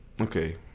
Okay